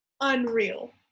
unreal